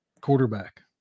quarterback